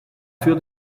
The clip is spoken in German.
führt